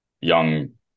young